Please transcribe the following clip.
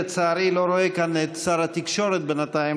לצערי, אני לא רואה כאן את שר התקשורת בינתיים.